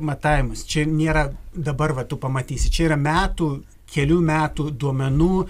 matavimus čia nėra dabar va tu pamatysi čia yra metų kelių metų duomenų